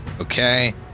Okay